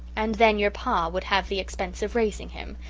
and then your pa would have the expense of raising him,